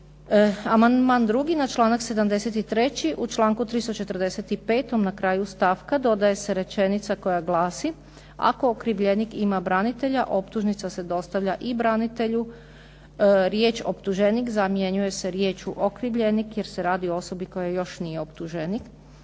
Amandman 2. na članak 73. u članku 345. na kraju stavka dodaje se rečenica koja glasi: "Ako okrivljenik ima branitelja optužnica se dostavlja i branitelju", riječ "optuženik" zamjenjuje se riječku: "okrivljenik", jer se radi o osobi koja još nije optuženik.